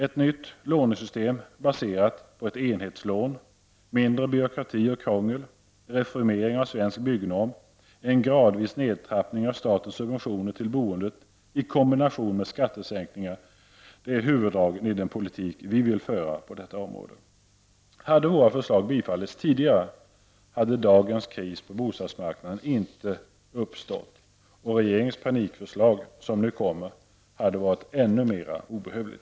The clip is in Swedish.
Ett nytt lånesystem baserat på ett enhetslån, mindre byråkrati och krångel, reformering av Svensk Byggnorm samt en gradvis nedtrappning av statens subventioner till boendet i kombination med skattesänkningar är huvuddragen i den politik vi vill föra på detta område. Om våra förslag hade bifallits tidigare hade dagens kris på bostadsmarknaden inte uppstått, och regeringens panikförslag, som nu kommer, hade varit ännu mer obehövligt.